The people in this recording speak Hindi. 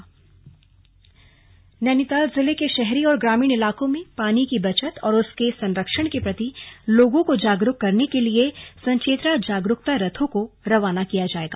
स्लग जल दिवस नैनीताल जिले के शहरी और ग्रामीण इलाकों में पानी की बचत और उसके संरक्षण के प्रति लोगों को जागरूक करने के लिए संचेतना जागरूकता रथों को रवाना किया जाएगा